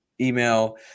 email